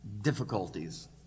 difficulties